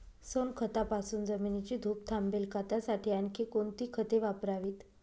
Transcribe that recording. सोनखतापासून जमिनीची धूप थांबेल का? त्यासाठी आणखी कोणती खते वापरावीत?